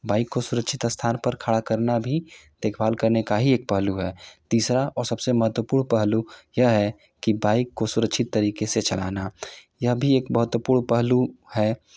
bike को सुरक्षित स्थान पर खड़ा करना भी देखभाल करने का ही एक पहलू है तीसरा और सबसे महत्वपूर्ण पहलू यह है कि बाइक को सुरक्षित तरीके से चलाना यह भी एक महत्वपूर्ण पहलू है